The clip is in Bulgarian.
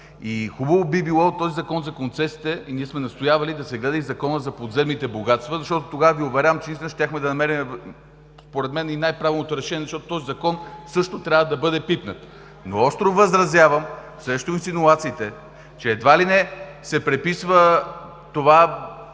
Хубаво би било този Закон за концесиите – и ние сме настоявали да се гледа и Законът за подземните богатства, защото тогава Ви уверявам, че наистина щяхме да намерим според мен и най-правилното решение, защото този Закон също трябва да бъде пипнат. Но остро възразявам срещу инсинуациите, че едва ли не се приписва това